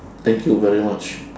thank you very much